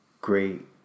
great